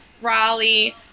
Raleigh